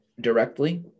directly